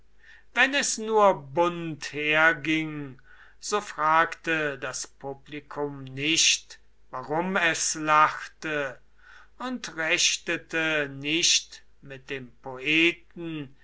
wenn es nur bunt herging so fragte das publikum nicht warum es lachte und rechtete nicht mit dem poeten